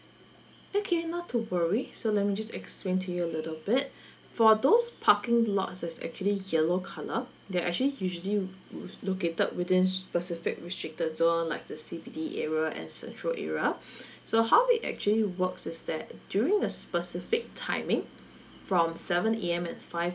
okay not to worry so let me just explain to you a little bit for those parking lots that's actually yellow colour they're actually usually located within specific restricted zone like the C_B_D area and central area so how it actually works is that during a specific timing from seven A_M and five